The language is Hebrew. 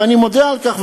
ואני מודה על כך,